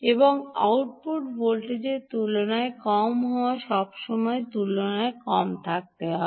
এবং আউটপুট ভোল্টেজের তুলনায় কম হওয়া সবসময় Voutর তুলনায় কম থাকতে হবে